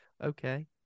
Okay